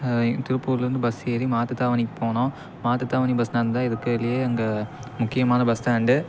திருப்பூர்லேந்து bus ஏறி மாட்டுத்தாவணிக்கு போனோம் மாட்டுத்தாவணி பஸ்டாண்ட் தான் இருக்கிறலையே அங்கே முக்கியமான பஸ்டாண்டு